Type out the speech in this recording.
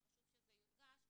וחשוב שזה יודגש,